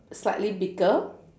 slightly bigger